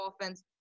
offense